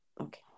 Okay